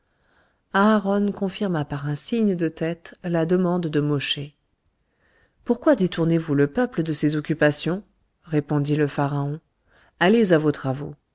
confirma par un signe de tête la demande de mosché pourquoi détournez vous le peuple de ses occupations répondit le pharaon allez à vos travaux